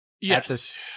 Yes